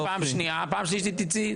פעם שלישית, תצאי.